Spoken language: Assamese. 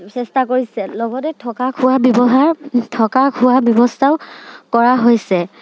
চেষ্টা কৰিছে লগতে থকা খোৱা ব্যৱস্থাও কৰা হৈছে